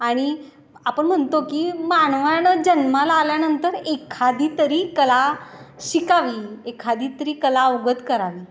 आणि आपण म्हणतो की मानवानं जन्माला आल्यानंतर एखादी तरी कला शिकावी एखादी तरी कला अवगत करावी